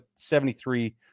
73